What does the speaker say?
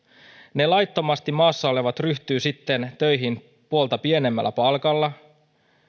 ne laittomasti maassa olevat ryhtyvät sitten töihin puolta pienemmällä palkalla